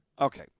Okay